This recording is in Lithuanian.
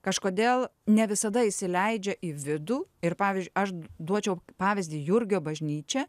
kažkodėl ne visada įsileidžia į vidų ir pavyzdžiui aš duočiau pavyzdį jurgio bažnyčia